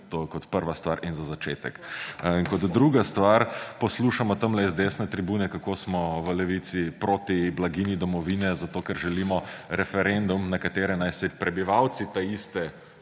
je kot prva stvar in za začetek. In druga stvar. Poslušamo tamle iz desne tribune, kako smo v Levici proti blaginji domovine, ker želimo referendum, na katerem naj se prebivalci te iste